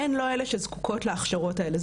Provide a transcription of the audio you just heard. הן לא אלה שזקוקות להכשרות האלה.